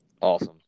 Awesome